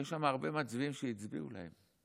שיש שם הרבה מצביעים שהצביעו להם,